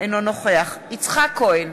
אינו נוכח יצחק כהן,